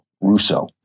Russo